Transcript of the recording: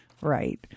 right